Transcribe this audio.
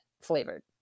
flavored